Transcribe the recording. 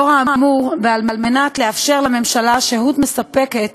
בעקבות האמור וכדי לאפשר לממשלה שהות מספקת